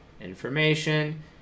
Information